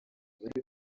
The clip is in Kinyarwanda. bari